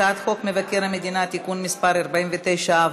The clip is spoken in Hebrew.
הצעת חוק מבקר המדינה (תיקון מס' 49),